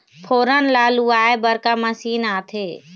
फोरन ला लुआय बर का मशीन आथे?